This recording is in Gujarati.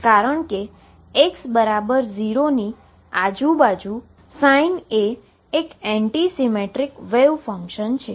કારણ કે x 0 ની આજુબાજુનું sin એ એક એન્ટી સીમેટ્રીક વેવ ફંક્શન છે